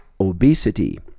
obesity